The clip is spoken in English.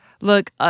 Look